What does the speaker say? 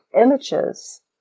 images